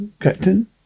Captain